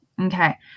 okay